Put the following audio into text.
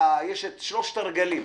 יש את שלושת הרגלים.